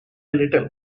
little